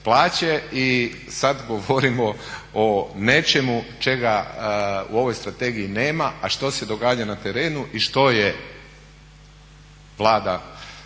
I sad govorimo o nečemu čega u ovoj strategiji nema, a što se događa na terenu i što je Vlada